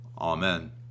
Amen